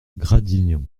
gradignan